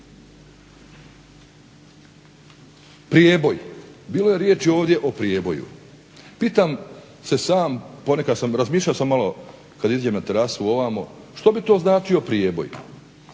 Prijeboj, bilo je riječi ovdje o prijeboju. Pitam se sam, razmišljao sam malo kad izađem na terasu ovamo, što bi to značio prijeboj.